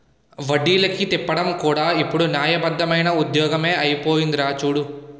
వడ్డీలకి తిప్పడం కూడా ఇప్పుడు న్యాయబద్దమైన ఉద్యోగమే అయిపోందిరా చూడు